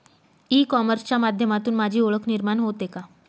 E कॉमर्सच्या माध्यमातून माझी ओळख निर्माण होते का?